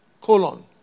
Colon